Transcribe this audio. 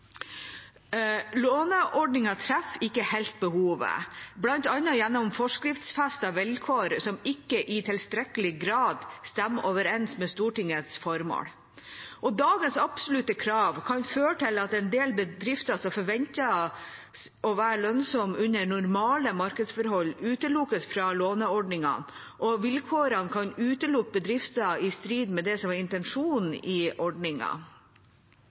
treffer ikke helt behovet, bl.a. gjennom forskriftsfestede vilkår som ikke i tilstrekkelig grad stemmer overens med Stortingets formål. Dagens absolutte krav kan føre til at en del bedrifter som forventes å være lønnsomme under normale markedsforhold, utelukkes fra låneordningene, og vilkårene kan utelukke bedrifter, i strid med det som var intensjonen i